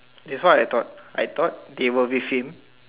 this is what I thought I thought they were with him